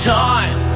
time